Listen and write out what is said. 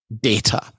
data